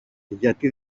γιατί